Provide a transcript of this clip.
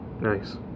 Nice